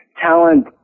talent